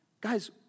Guys